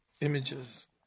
images